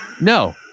No